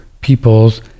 peoples